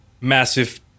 massive